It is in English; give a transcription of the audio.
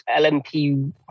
LMP